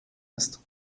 ist